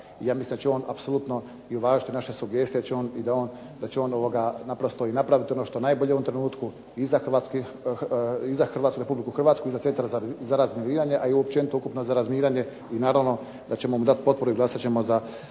ja mislim da će on apsolutno uvažiti naše sugestije i da će on naprosto i napraviti ono što je najbolje u ovom trenutku i za Republiku Hrvatsku i za centar za razminiranje, a i općenito ukupno za razminiranje i naravno da ćemo mu dati potporu i glasat ćemo za